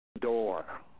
door